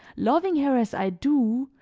loving her as i do,